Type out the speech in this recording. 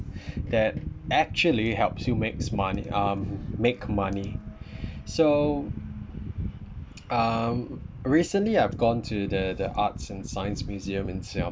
that actually helps you makes money um make money so um recently I've gone to the the arts and science museum in singapore